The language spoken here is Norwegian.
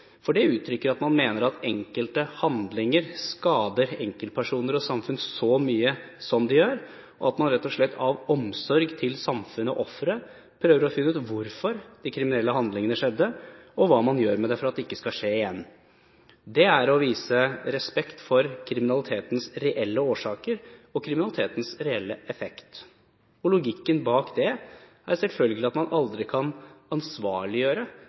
Det uttrykker at man mener at enkelte handlinger skader enkeltpersoner og samfunn så mye som det gjør, og at man rett og slett av omsorg for samfunnet og ofrene prøver å finne ut hvorfor de kriminelle handlingene skjedde og hva man gjør for at det ikke skal skje igjen. Det er å vise respekt for kriminalitetens reelle årsaker og dens reelle effekt. Logikken bak dette er selvfølgelig at man aldri kan ansvarliggjøre